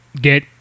get